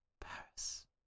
Paris